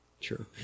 True